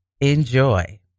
Enjoy